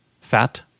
Fat